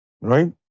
Right